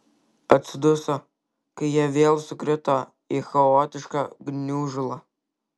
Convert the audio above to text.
atsiduso kai jie vėl sukrito į chaotišką gniužulą